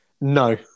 No